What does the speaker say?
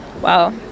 Wow